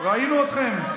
ראינו אתכם.